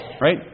right